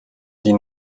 die